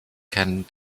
kennen